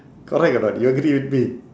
correct or not you agree with me